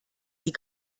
sie